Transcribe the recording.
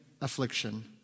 affliction